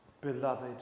beloved